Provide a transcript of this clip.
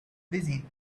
busy